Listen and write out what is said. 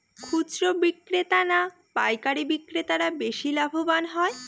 খুচরো বিক্রেতা না পাইকারী বিক্রেতারা বেশি লাভবান হয়?